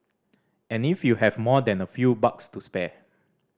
and if you have more than a few bucks to spare